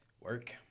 Work